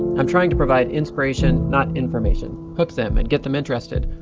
i'm trying to provide inspiration, not information, hook them and get them interested,